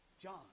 John